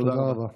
תודה רבה.